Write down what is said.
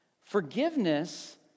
Forgiveness